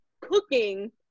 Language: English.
cooking